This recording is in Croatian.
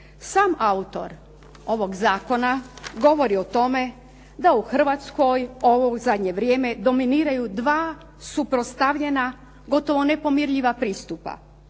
Sam autor ovog zakona govori o tome da u Hrvatskoj ovo u zadnje vrijeme dominiraju dva suprotstavljena, gotovo nepomirljiva pristupa.